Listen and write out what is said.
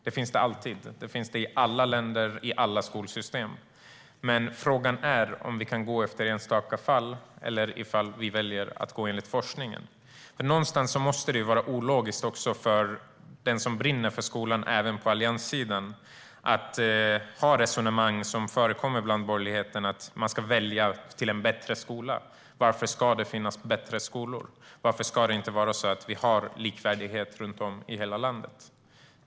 Det finns det alltid i alla länder i alla skolsystem. Men frågan är om vi kan utgå från enstaka fall eller om vi ska utgå från forskningen. Det måste ju vara ologiskt även för den som brinner för skolan på allianssidan att ha resonemanget att man ska kunna välja en bättre skola. Varför ska det finnas bättre skolor? Varför ska vi inte ha likvärdighet i hela landet?